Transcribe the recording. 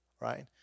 right